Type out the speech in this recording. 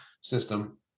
system